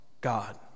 God